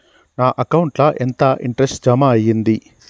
నా అకౌంట్ ల ఎంత ఇంట్రెస్ట్ జమ అయ్యింది?